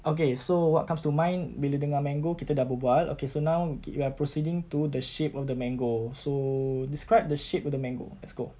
okay so what comes to mind bila dengar mango kita dah berbual okay so now we are proceeding to the shape of the mango so describe the shape of the mango let's go